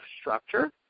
structure